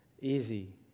Easy